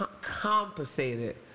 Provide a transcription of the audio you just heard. compensated